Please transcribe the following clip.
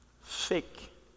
fake